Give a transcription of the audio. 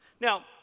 Now